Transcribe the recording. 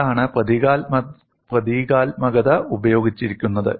അതാണ് പ്രതീകാത്മകത ഉപയോഗിച്ചിരിക്കുന്നത്